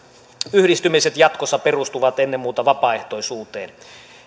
yhdistymiset jatkossa perustuvat ennen muuta vapaaehtoisuuteen